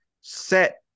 set